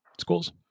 schools